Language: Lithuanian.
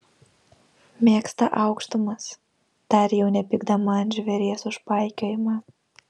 mėgsta aukštumas tarė jau nepykdama ant žvėries už paikiojimą